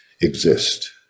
exist